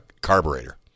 carburetor